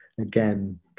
again